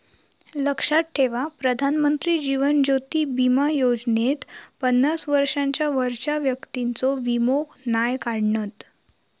लक्षात ठेवा प्रधानमंत्री जीवन ज्योति बीमा योजनेत पन्नास वर्षांच्या वरच्या व्यक्तिंचो वीमो नाय काढणत